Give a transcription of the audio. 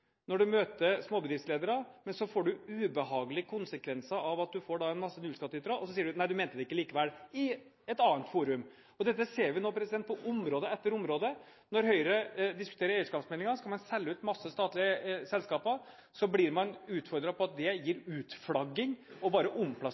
når man møter småbedriftsledere, men så får man ubehagelige konsekvenser ved at man da får en masse nullskattytere – og så sier man at nei, jeg mente det ikke likevel, i et annet forum. Dette ser vi på område etter område. Når Høyre diskuterer eierskapsmeldingen, skal man selge ut masse statlige selskaper. Så blir man utfordret på at det gir utflagging og bare